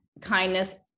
kindness